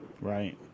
Right